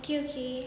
okay okay